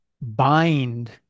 bind